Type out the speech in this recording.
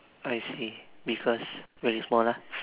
I see because very small ah